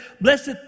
Blessed